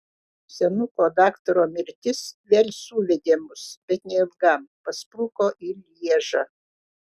senuko daktaro mirtis vėl suvedė mus bet neilgam paspruko į lježą